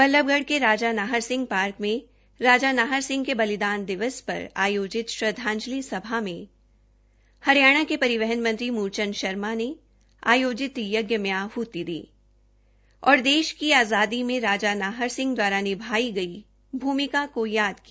बल्लभगढ के राजा नाहर सिंह पार्क में आयोजित श्रद्वांजलि सभा में हरियाणा के परिवहन मंत्री मूलचंद शर्मा ने आयोजित यज्ञ में आहूति दी और देश की आजादी में राजा नाहर सिंह द्वारा निभाई गई भूमिका को याद किया